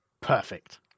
Perfect